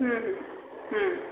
ହୁଁ ହୁଁ